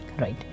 right